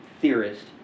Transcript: theorist